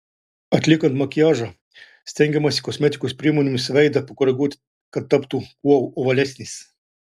atliekant makiažą stengiamasi kosmetikos priemonėmis veidą pakoreguoti kad taptų kuo ovalesnis